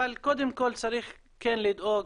אבל קודם כל צריך כן לדאוג